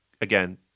again